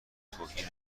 توهین